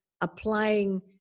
applying